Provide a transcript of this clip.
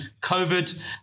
COVID